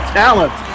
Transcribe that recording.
talent